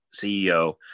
CEO